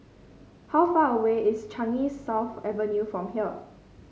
how far away is Changi South Avenue from here